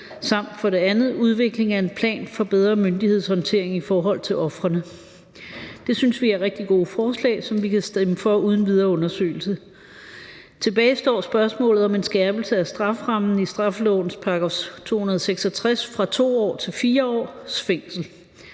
og for det andet udvikling af en plan for bedre myndighedshåndtering i forhold til ofrene. Det synes vi er rigtig gode forslag, som vi kan stemme for uden videre undersøgelse. Tilbage står spørgsmålet om en skærpelse af strafferammen i straffelovens § 266 fra 2 års til 4 års fængsel.